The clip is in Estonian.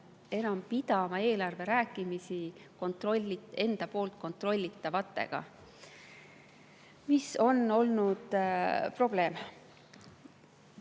enam pidama eelarveläbirääkimisi enda poolt kontrollitavatega, mis on olnud probleem.